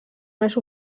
més